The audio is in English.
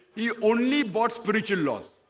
he only bought spiritual laws